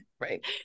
Right